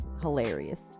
hilarious